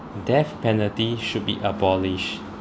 death penalty should be abolished